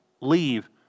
leave